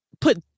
put